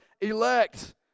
elect